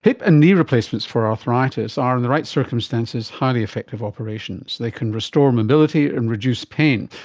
hip and knee replacements for arthritis are, in the right circumstances, highly effective operations. they can restore mobility and reduce pain.